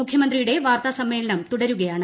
മുഖ്യമന്ത്രിയുടെ വാർത്താസ്മ്മേളനം തുടരുകയാണ്